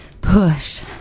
push